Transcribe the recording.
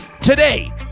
today